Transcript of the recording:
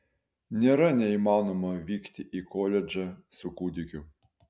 nėra neįmanoma vykti į koledžą su kūdikiu